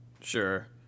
sure